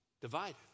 divided